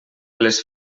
les